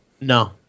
No